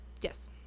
Yes